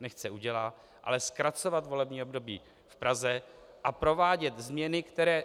nechce udělat, ale zkracovat volební období v Praze a provádět změny, které...